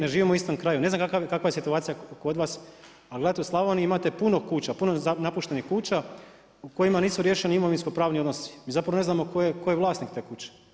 Ne živimo u istom kraju, ne znam kakva je situacija kod vas, ali gledajte u Slavoniji imate puno kuća, puno napuštenih kuća u kojima nisu riješeni imovinsko pravni odnosi i zapravo ne znamo tko je vlasnik te kuće.